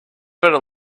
better